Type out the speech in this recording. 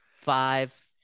five